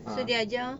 ah